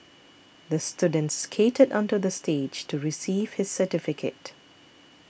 the student skated onto the stage to receive his certificate